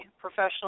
professional